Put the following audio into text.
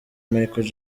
michael